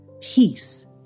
Peace